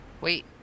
Wait